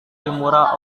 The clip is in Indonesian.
kimura